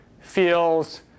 feels